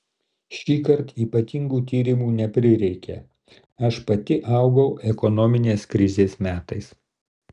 šįkart ypatingų tyrimų neprireikė aš pati augau ekonominės krizės metais